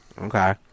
Okay